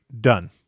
done